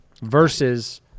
versus